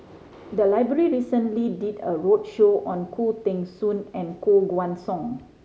the library recently did a roadshow on Khoo Teng Soon and Koh Guan Song